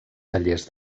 tallers